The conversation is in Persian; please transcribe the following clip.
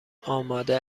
آماده